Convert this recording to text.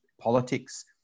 politics